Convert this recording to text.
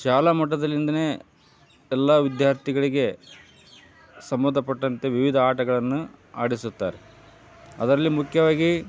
ಶಾಲಾ ಮಟ್ಟದಲ್ಲಿಂದನೇ ಎಲ್ಲಾ ವಿದ್ಯಾರ್ಥಿಗಳಿಗೆ ಸಂಬಂಧಪಟ್ಟಂತೆ ವಿವಿಧ ಆಟಗಳನ್ನು ಆಡಿಸುತ್ತಾರೆ ಅದರಲ್ಲಿ ಮುಖ್ಯವಾಗಿ